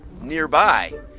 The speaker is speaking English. nearby